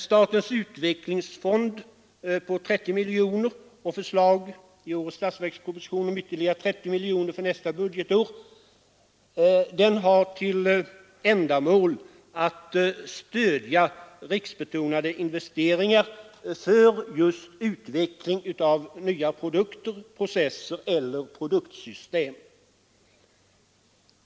Statens utvecklingsfond på 30 miljoner — och förslaget i årets statsverksproposition om ytterligare 30 miljoner för nästa budgetår — har till ändamål att stödja riskbetonade investeringar för utveckling av nya produkter, processer eller produktsystem.